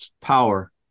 power